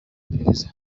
iperereza